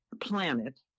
planet